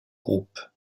groupe